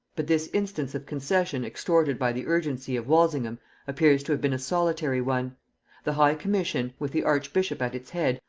but this instance of concession extorted by the urgency of walsingham appears to have been a solitary one the high commission, with the archbishop at its head,